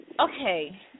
okay